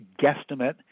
guesstimate